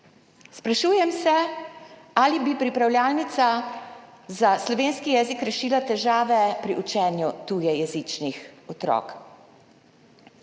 Sprašujem se, ali bi pripravljalnica za slovenski jezik rešila težave pri učenju tujejezičnih otrok?